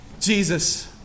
Jesus